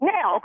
Now